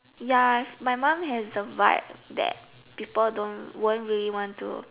ya my mum has the vibe that people don't won't really want to